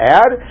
add